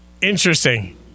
interesting